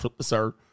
sir